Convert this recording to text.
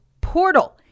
portal